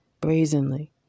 brazenly